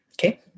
Okay